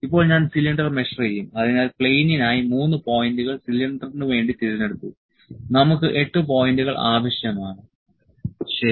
ഇപ്പോൾ ഞാൻ cylinder measure ചെയ്യും അതിനാൽ പ്ലെയിനിനായി 3 പോയിന്റുകൾ സിലിണ്ടറിന് വേണ്ടി തിരഞ്ഞെടുത്തു നമുക്ക് 8 പോയിന്റുകൾ ആവശ്യമാണ് ശരി